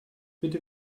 bitte